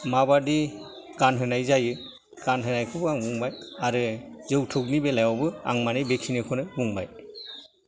माबादि गानहोनाय जायो गानहोनायखौबो आङो बुंबाय आरो जौथुकनि बेलायावबो आं माने बेखिनिखौनो बुंबाय